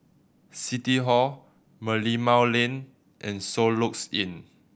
City Hall Merlimau Lane and Soluxe Inn